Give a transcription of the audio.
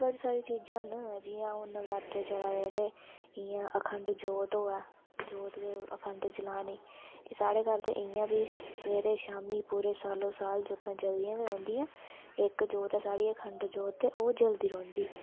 बड़ी सारी चीज़ां न जियां हून नवरात्रे चला दे ते इयां अखंड जोत होऐ जोत अखंड जलानी साढ़े घर ते इयां बी सवेरे शामी पूरे सालो साल जोतां जगदियां गै रौंह्दियां इक जोत ऐ साढ़ी अखंड जोत ऐ ते ओह् जलदी रौंह्दी